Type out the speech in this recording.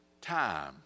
time